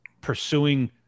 pursuing